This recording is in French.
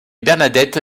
bernadette